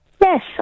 Yes